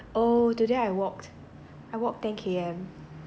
oh today I walked I walked ten K_M